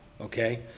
Okay